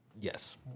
Yes